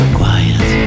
quiet